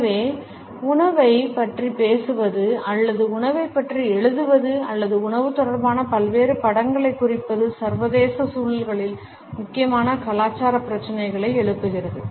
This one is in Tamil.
எனவே உணவைப் பற்றி பேசுவது அல்லது உணவைப் பற்றி எழுதுவது அல்லது உணவு தொடர்பான பல்வேறு படங்களை குறிப்பது சர்வதேச சூழல்களில் முக்கியமான கலாச்சார பிரச்சினைகளை எழுப்புகிறது